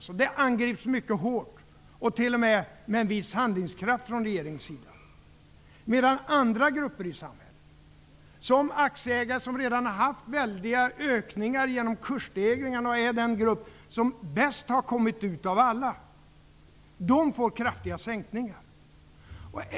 Dessa områden angrips, mycket hårt, t.o.m. med viss handlingskraft från regeringens sida. Andra grupper i samhället, som aktieägare som redan haft väldiga ökningar genom kursstegringarna och är den grupp som kommit ut bäst av alla, får kraftiga sänkningar av skatten.